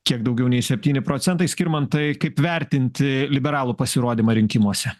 kiek daugiau nei septyni procentai skirmantai kaip vertinti liberalų pasirodymą rinkimuose